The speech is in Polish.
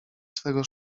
swego